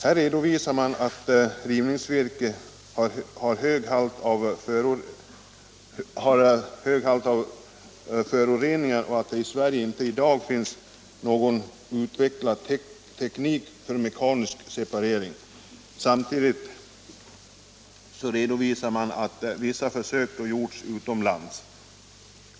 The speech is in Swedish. Där anförs att rivningsvirke har hög halt av föroreningar och att det i Sverige inte i dag finns någon utvecklad teknik för mekanisk separering. Samtidigt redovisar man att vissa försök görs utomlands.